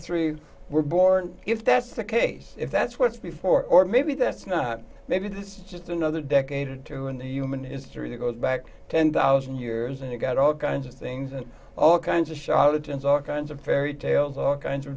three were born if that's the case if that's what's before or maybe that's not maybe this is just another decade or two in the human history that goes back ten thousand years and you've got all kinds of things and all kinds of charlatans all kinds of fairy tales all kinds of